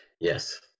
yes